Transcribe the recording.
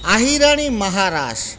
Ahirani Maharas